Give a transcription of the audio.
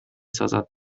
سازد